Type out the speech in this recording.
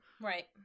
Right